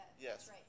Yes